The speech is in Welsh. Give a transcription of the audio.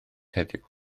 heddiw